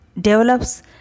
develops